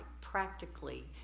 practically